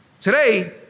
Today